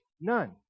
none